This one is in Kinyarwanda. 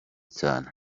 cyane